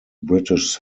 british